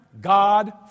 God